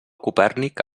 copèrnic